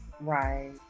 Right